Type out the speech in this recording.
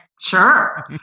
sure